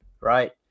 right